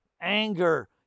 anger